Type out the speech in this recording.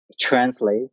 translate